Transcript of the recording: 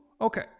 okay